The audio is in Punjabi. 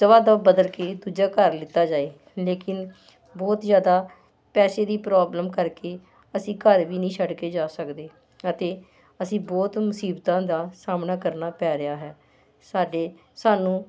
ਦਬਾਦਬ ਬਦਲ ਕੇ ਦੂਜਾ ਘਰ ਲਿਆ ਜਾਏ ਲੇਕਿਨ ਬਹੁਤ ਜ਼ਿਆਦਾ ਪੈਸੇ ਦੀ ਪ੍ਰੋਬਲਮ ਕਰਕੇ ਅਸੀਂ ਘਰ ਵੀ ਨਹੀਂ ਛੱਡ ਕੇ ਜਾ ਸਕਦੇ ਅਤੇ ਅਸੀਂ ਬਹੁਤ ਮੁਸੀਬਤਾਂ ਦਾ ਸਾਹਮਣਾ ਕਰਨਾ ਪੈ ਰਿਹਾ ਹੈ ਸਾਡੇ ਸਾਨੂੰ